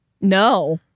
No